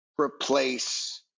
replace